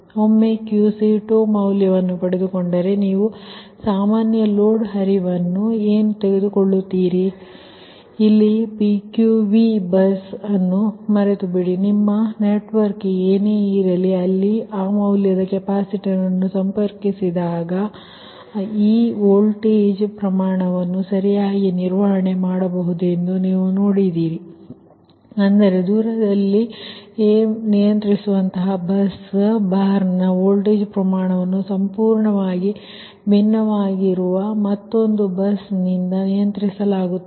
ಒಮ್ಮೆ QC2 ಮೌಲ್ಯವನ್ನು ಪಡೆದುಕೊಂಡರೆ ನೀವು ಸಾಮಾನ್ಯ ಲೋಡ್ ಹರಿವುನ್ನು ಏನು ತೆಗೆದುಕೊಳ್ಳುತ್ತೀರಿ ಇಲ್ಲಿ PQV ಬಸ್ ಅನ್ನು ಮರೆತುಬಿಡಿ ನಿಮ್ಮ ನೆಟ್ವರ್ಕ್ ಏನೇ ಇರಲಿ ಅಲ್ಲಿ ಆ ಮೌಲ್ಯದ ಕೆಪಾಸಿಟರನ್ನು ಸಂಪರ್ಕಿಸಿದರೆ ಈ ವೋಲ್ಟೇಜ್ ಪ್ರಮಾಣವನ್ನು ಸರಿಯಾಗಿ ನಿರ್ವಹಣೆ ಮಾಡಬಹುದೆಂದು ನೀವು ನೋಡುತ್ತೀರಿ ಅಂದರೆ ದೂರದಲ್ಲಿರುವ ಬಸ್ ಬಾರ್ನ ವೋಲ್ಟೇಜ್ ಪ್ರಮಾಣವನ್ನು ಸಂಪೂರ್ಣವಾಗಿ ಭಿನ್ನವಾಗಿರುವ ಮತ್ತೊಂದು ಬಸ್ ನಿಂದ ನಿಯಂತ್ರಿಸಲಾಗುತ್ತದೆ